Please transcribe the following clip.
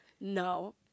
No